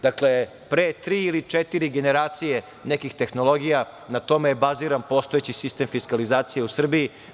Dakle, pre tri ili četiri generacije nekih tehnologija, na tome je baziran postojeći sistem fiskalizacije u Srbiji.